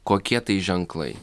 kokie tai ženklai